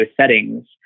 settings